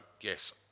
yes